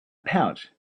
pouch